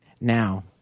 Now